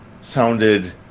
sounded